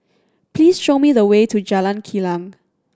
please show me the way to Jalan Kilang